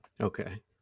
Okay